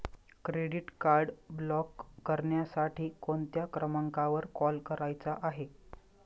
Credit card block करण्यासाठी कोणत्या क्रमांकावर कॉल करायचा आहे?